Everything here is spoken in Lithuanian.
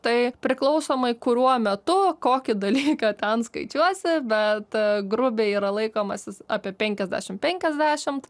tai priklausomai kuriuo metu kokį dalyką ten skaičiuosi bet grubiai yra laikomasis apie penkiasdešim penkiasdešimt